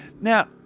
now